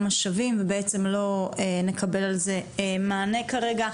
משאבים ובעצם לא נקבל על זה מענה כרגע.